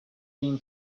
been